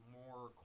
more